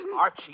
Archie